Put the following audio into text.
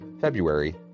February